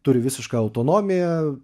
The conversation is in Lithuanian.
turi visišką autonomiją